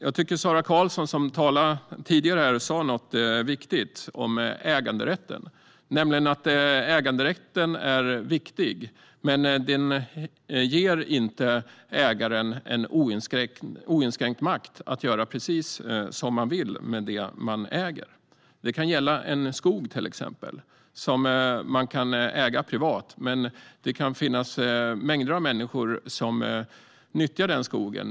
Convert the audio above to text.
Jag tycker att Sara Karlsson, som talade här tidigare, sa något viktigt om äganderätten: Äganderätten är viktig, men den ger inte ägaren en oinskränkt makt att göra som han vill med det han äger. Det kan gälla till exempel en skog, som man kan äga privat. Det kan finnas mängder av människor som nyttjar den skogen.